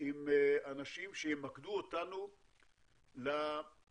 עם אנשים שימקדו אותנו לחלופות,